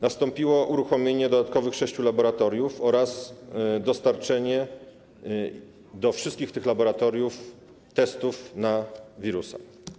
Nastąpiło uruchomienie dodatkowych sześciu laboratoriów oraz dostarczenie do wszystkich tych laboratoriów testów na wirusa.